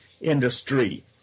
industry